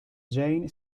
jane